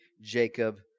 Jacob